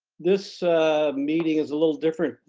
this meeting is a little different.